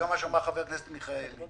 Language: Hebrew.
ולמה שאמר חבר הכנסת מיכאלי.